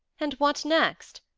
and what next?